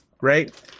right